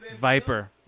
viper